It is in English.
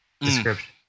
description